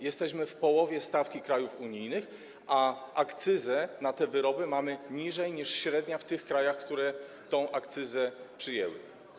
Jesteśmy w połowie stawki krajów unijnych, a akcyzę na te wyroby mamy poniżej średniej w tych krajach, które tę akcyzę przyjęły.